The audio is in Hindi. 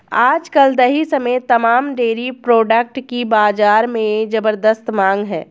आज कल दही समेत तमाम डेरी प्रोडक्ट की बाजार में ज़बरदस्त मांग है